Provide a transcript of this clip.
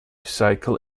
cycle